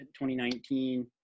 2019